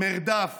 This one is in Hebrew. מרדף